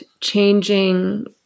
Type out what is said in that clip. changing